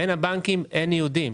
בין הבנקים אין ניודים.